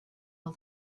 all